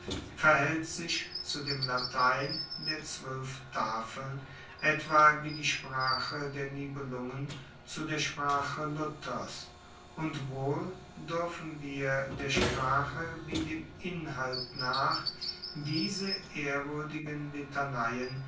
verhaelt sich zu dem latein der zwoelf tafeln etwa wie die sprache der nibelungen zu der sprache luthers und wohl duerfen wir der sprache wie dem inhalt nach diese ehrwuerdigen litaneien